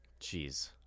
Jeez